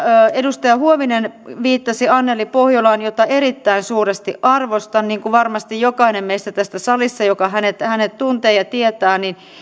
edustaja huovinen viittasi anneli pohjolaan jota erittäin suuresti arvostan niin kuin varmasti tässä salissa jokainen meistä joka hänet tuntee ja tietää